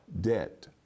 debt